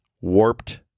warped